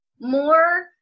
more